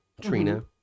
Trina